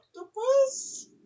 octopus